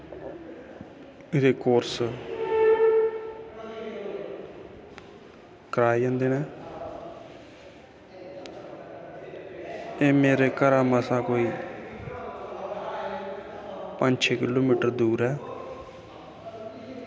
दे course कराए जंदे न ते मेरे घरा मसां कोई पंज छे किलो मिटर दूर ऐ